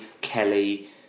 Kelly